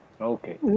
Okay